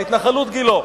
בהתנחלות גילה.